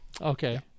okay